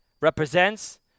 represents